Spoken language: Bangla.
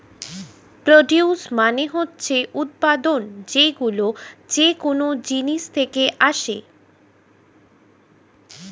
প্রডিউস মানে হচ্ছে উৎপাদন, যেইগুলো যেকোন জিনিস থেকে আসে